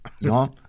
no